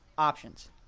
options